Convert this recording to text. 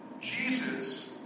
Jesus